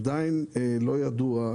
עדיין לא ידוע.